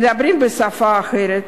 מדברים בשפה אחרת,